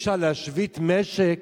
אי-אפשר להשבית משק